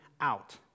out